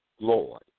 Lord